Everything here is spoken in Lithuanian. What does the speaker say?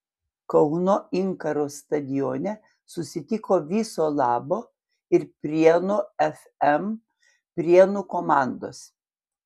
kauno inkaro stadione susitiko viso labo ir prienų fm prienų komandos